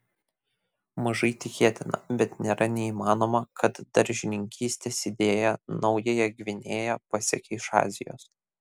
mažai tikėtina bet nėra neįmanoma kad daržininkystės idėja naująją gvinėją pasiekė iš azijos